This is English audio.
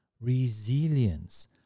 Resilience